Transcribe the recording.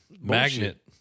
magnet